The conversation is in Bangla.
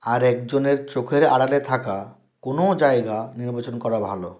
আর একজনের চোখের আড়ালে থাকা কোনও জায়গা নির্বাচন করা ভালো